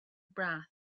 wrath